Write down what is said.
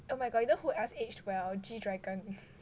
oh my god you know who else aged well g dragon